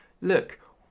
look